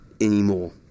anymore